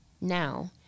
Now